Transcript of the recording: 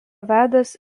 vedęs